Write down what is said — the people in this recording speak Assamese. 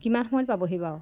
কিমান সময়ত পাবহি বাৰু